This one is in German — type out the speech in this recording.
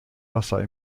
wasser